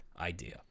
idea